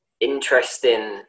interesting